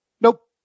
Nope